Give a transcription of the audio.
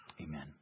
Amen